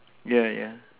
ya ya